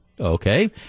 Okay